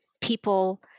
People